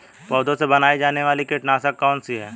पौधों से बनाई जाने वाली कीटनाशक कौन सी है?